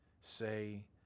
say